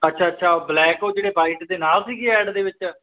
ਅੱਛਾ ਅੱਛਾ ਬਲੈਕ ਉਹ ਜਿਹੜੇ ਵਾਈਟ ਦੇ ਨਾਲ ਸੀਗੇ ਐਡ ਦੇ ਵਿੱਚ